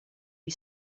you